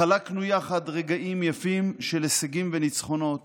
חלקנו יחד רגעים יפים של הישגים וניצחונות